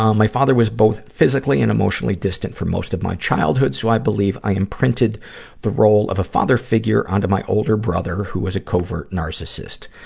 um my father was both physically and emotionally distant for most of my childhood, so i believe i imprinted the role of a father figure onto my older brother, who was a covert narcissist.